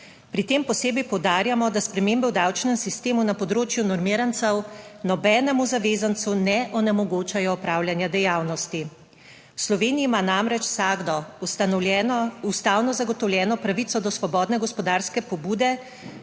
Pri tem posebej poudarjamo, da spremembe v davčnem sistemu na področju normirancev nobenemu zavezancu ne onemogočajo opravljanja dejavnosti. V Sloveniji ima namreč vsakdo ustanovljeno ustavno zagotovljeno pravico do svobodne gospodarske pobude,